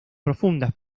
profundas